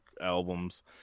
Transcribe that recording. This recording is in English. albums